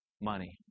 money